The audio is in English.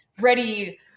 ready